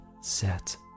set